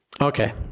Okay